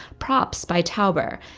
props by tauber,